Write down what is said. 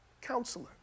counselor